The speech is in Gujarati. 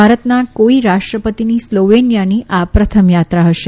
ભારતના કોઈ રાષ્ટ્રપતિની સ્લોવેનિયાની આ પ્રથમ યાત્રા હશે